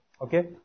Okay